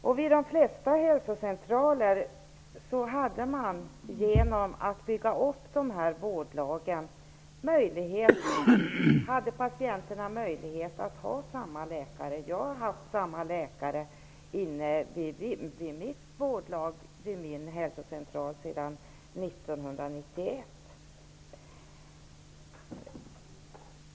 Genom att bygga upp vårdlag hade patienterna vid de flesta hälsocentraler möjlighet att ha samma läkare. Jag har haft samma läkare vid min hälsocentral sedan 1991.